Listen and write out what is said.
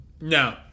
no